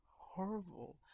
horrible